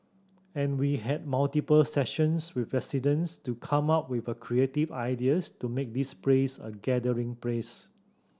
and we had multiple sessions with residents to come up with creative ideas to make this place a gathering place